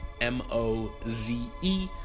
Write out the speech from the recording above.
M-O-Z-E